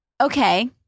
Okay